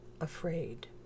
afraid